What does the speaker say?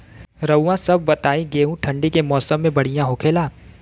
रउआ सभ बताई गेहूँ ठंडी के मौसम में बढ़ियां होखेला?